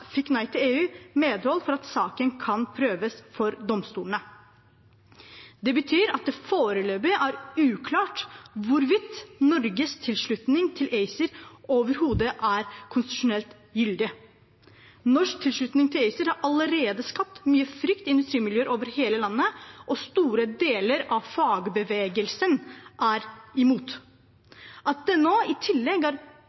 fikk Nei til EU medhold i at saken kan prøves for domstolene. Det betyr at det foreløpig er uklart hvorvidt Norges tilslutning til ACER overhodet er konstitusjonelt gyldig. Norsk tilslutning til ACER har allerede skapt mye frykt i industrimiljøer over hele landet, og store deler av fagbevegelsen er imot.